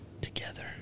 together